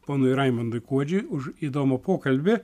ponui raimondui kuodžiui už įdomų pokalbį